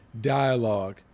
dialogue